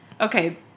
Okay